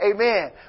Amen